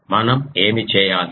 మనం ఏమి చేయాలి